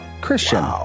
Christian